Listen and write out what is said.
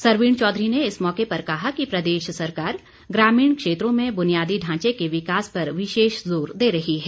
सरवीण चौधरी ने इस मौके पर कहा कि प्रदेश सरकार ग्रामीण क्षेत्रों में बुनियादी ढांचे के विकास पर विशेष जोर दे रही है